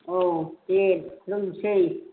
औ दे लोंनोसै